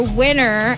winner